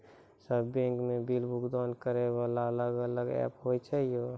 सब बैंक के बिल भुगतान करे वाला अलग अलग ऐप्स होय छै यो?